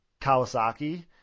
Kawasaki